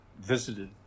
visited